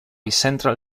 central